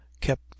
kept